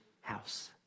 house